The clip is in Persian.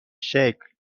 شکل